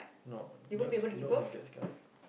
no dogs dogs and cats cannot